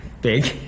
big